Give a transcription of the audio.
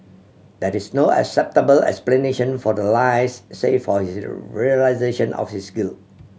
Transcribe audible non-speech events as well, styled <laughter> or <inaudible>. that is no acceptable explanation for the lies save for his <unintelligible> realisation of his guilt